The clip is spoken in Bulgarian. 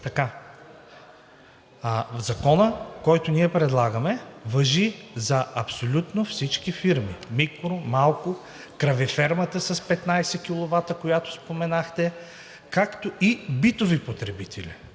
А Законът, който ние предлагаме, важи за абсолютно всички фирми – микро-, макро-, кравефермата с 15 киловата, която споменахте, както и битовите потребители.